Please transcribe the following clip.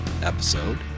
episode